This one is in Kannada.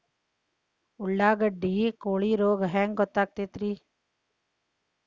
ಉಳ್ಳಾಗಡ್ಡಿ ಕೋಳಿ ರೋಗ ಹ್ಯಾಂಗ್ ಗೊತ್ತಕ್ಕೆತ್ರೇ?